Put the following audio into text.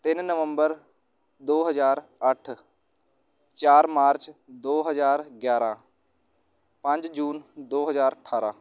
ਤਿੰਨ ਨਵੰਬਰ ਦੋ ਹਜ਼ਾਰ ਅੱਠ ਚਾਰ ਮਾਰਚ ਦੋ ਹਜ਼ਾਰ ਗਿਆਰਾਂ ਪੰਜ ਜੂਨ ਦੋ ਹਜ਼ਾਰ ਅਠਾਰਾਂ